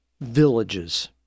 villages